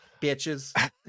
bitches